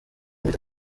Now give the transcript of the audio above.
bita